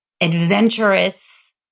adventurous